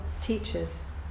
teachers